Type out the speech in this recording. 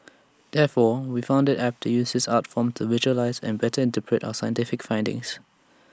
therefore we found IT apt to use this art form to visualise and better interpret our scientific findings